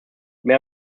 mehr